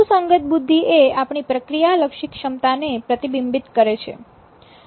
સુસંગત બુદ્ધિ એ આપણી પ્રક્રિયા લક્ષી ક્ષમતાને પ્રતિબિંબિત કરે છે